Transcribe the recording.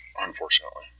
Unfortunately